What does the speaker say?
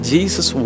Jesus